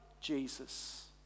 Jesus